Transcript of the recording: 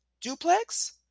duplex